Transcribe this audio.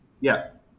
Yes